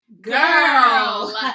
Girl